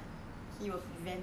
but 他不怕啦